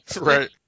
right